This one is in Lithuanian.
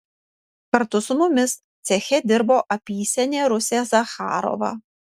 kartu su mumis ceche dirbo apysenė rusė zacharova